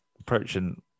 approaching